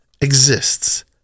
exists